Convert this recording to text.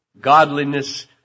Godliness